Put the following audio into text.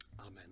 amen